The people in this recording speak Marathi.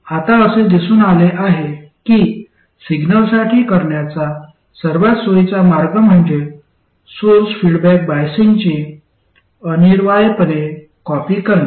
आता असे दिसून आले आहे की सिग्नलसाठी करण्याचा सर्वात सोयीचा मार्ग म्हणजे सोर्स फीडबॅक बायसिंगची अनिवार्यपणे कॉपी करणे